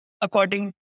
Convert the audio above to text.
according